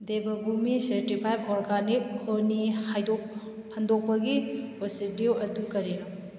Devbhumi certified organic ꯍꯣꯅꯤ ꯍꯟꯗꯣꯛꯄꯒꯤ ꯄ꯭ꯔꯣꯁꯤꯗ꯭ꯌꯨ ꯑꯗꯨ ꯀꯔꯤꯅꯣ